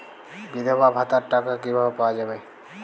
বিধবা ভাতার টাকা কিভাবে পাওয়া যাবে?